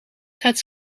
gaat